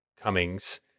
Cummings